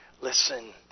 listen